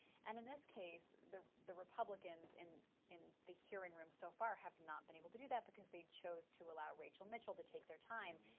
and in this case, the the republicans in in the hearing room so far have not been able to do that because they chose to allow rachel mitchell to take their time,